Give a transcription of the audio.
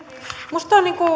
minusta on